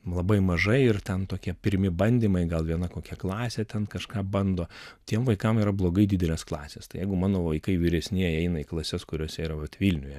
labai mažai ir ten tokie pirmi bandymai gal viena kokia klasė ten kažką bando tiem vaikams yra blogai didelės klasės tai jeigu mano vaikai vyresnieji eina į klases kuriose yra vat vilniuje